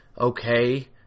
Okay